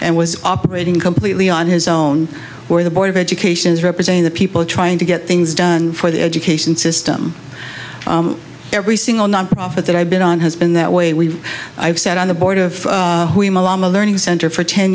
and was operating completely on his own or the board of education is representing the people trying to get things done for the education system every single nonprofit that i've been on has been that way we have sat on the board of learning center for ten